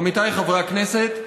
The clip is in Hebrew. עמיתיי חברי הכנסת,